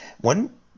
one